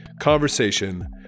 conversation